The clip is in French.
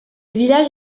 village